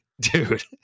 dude